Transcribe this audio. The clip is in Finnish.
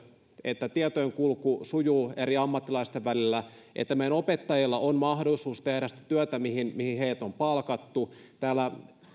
että tietojen kulku sujuu eri ammattilaisten välillä ja että opettajilla on mahdollisuus tehdä sitä työtä mihin mihin heidät on palkattu täällä